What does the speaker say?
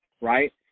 right